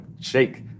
shake